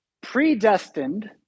predestined